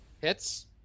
Hits